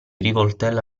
rivoltella